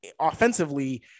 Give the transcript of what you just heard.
offensively